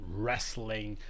wrestling